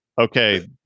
Okay